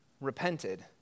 repented